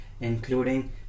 Including